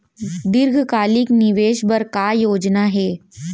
दीर्घकालिक निवेश बर का योजना हे?